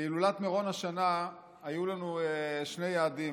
בהילולת מירון השנה היו לנו שני יעדים,